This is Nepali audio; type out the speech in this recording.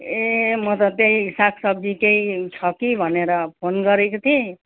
ए म त त्यही सागसब्जी केही छ कि भनेर फोन गरेको थिएँ